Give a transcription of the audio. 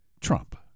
Trump